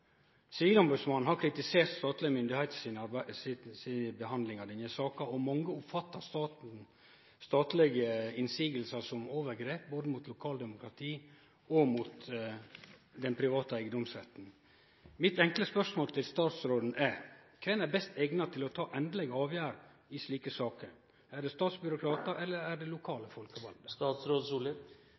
Sivilombodsmannen har kritisert statlege myndigheiter si behandling av denne saka, og mange oppfattar statlege motsegn som overgrep både mot lokaldemokratiet og mot den private eigedomsretten. Mitt enkle spørsmål til statsråden er: Kven er best eigna til å ta endeleg avgjerd i slike saker? Er det statsbyråkratar eller er det lokale